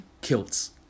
kilts